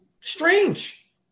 strange